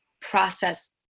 process